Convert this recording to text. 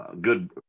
good